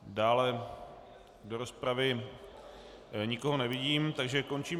Dále do rozpravy nikoho nevidím, takže končím...